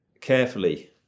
carefully